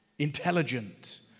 Intelligent